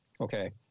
okay